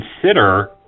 consider